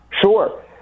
Sure